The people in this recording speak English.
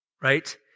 right